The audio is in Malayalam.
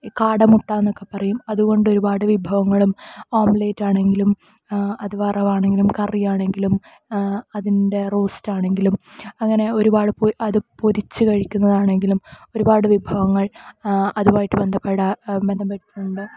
കാടമുട്ട എന്ന് ഒക്കെ പറയും അത് കൊണ്ട് ഒരുപാട് വിഭവങ്ങളും ഓംലറ്റ് ആണെങ്കിലും അത് വറവ് ആണെങ്കിലും കറി ആണെങ്കിലും ആ അതിൻ്റെ റോസ്റ്റ് ആണെങ്കിലും അങ്ങനെ ഒരുപാട് അത് പൊരിച്ച് കഴിക്കുന്നത് ആണെങ്കിലും ഒരുപാട് വിഭവങ്ങൾ അതുമായിട്ട് ബന്ധപ്പെട്ടിട്ടുണ്ട്